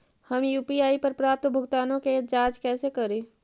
हम यु.पी.आई पर प्राप्त भुगतानों के जांच कैसे करी?